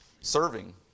serving